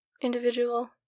individual